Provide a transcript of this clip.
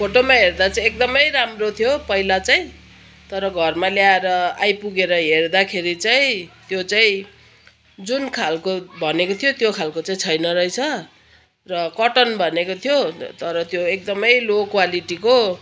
फोटोमा हेर्दा चाहिँ एकदमै राम्रो थियो पहिला चाहिँ तर घरमा ल्याएर आइपुगेर हेर्दाखेरि चाहिँ त्यो चाहिँ जुन खालको भनेको थियो त्यो खालको चाहिँ छैन रहेछ र कटन भनेको थियो तर त्यो एकदमै लो क्वालिटीको